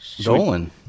dolan